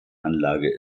anlage